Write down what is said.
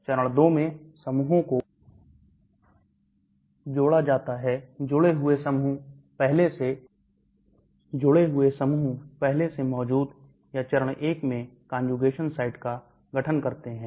चरण 2 में समूहों को जोड़ा जाता है जुड़े हुए समूह पहले से मौजूद या चरण 1 में conjugation site का गठन करते हैं